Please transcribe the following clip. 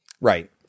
Right